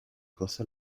goza